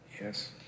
Yes